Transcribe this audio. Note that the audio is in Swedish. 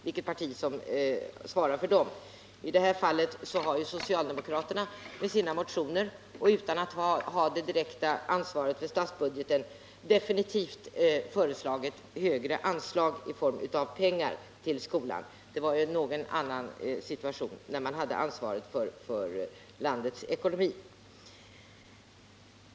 Det är definitivt socialdemokraterna som med sina motioner och utan att ha det direkta ansvaret för statsbudgeten föreslagit högre anslag till skolan. Det var en helt annan situation när socialdemokraterna hade ansvaret för landets ekonomi.